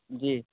जी